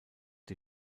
die